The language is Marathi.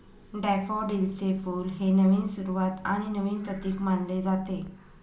डॅफोडिलचे फुल हे नवीन सुरुवात आणि नवीन प्रतीक मानले जाते